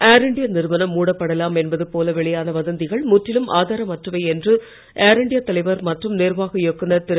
ஏர் India நிறுவனம் மூடப்படலாம் என்பது போல வெளியான வதந்திகள் முற்றிலும் ஆதரமற்றவை என்று ஏர் இண்டியா தலைவர் மற்றும் நிர்வாக இயக்குநர் திரு